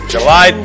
July